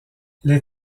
les